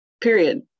period